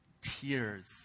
tears